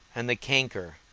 and the canker,